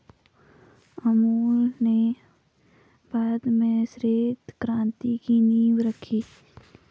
अमूल ने भारत में श्वेत क्रान्ति की नींव रखी